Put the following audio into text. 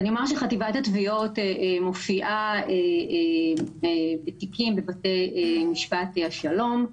חטיבת התביעות מופיעה בתיקים בבתי משפט השלום.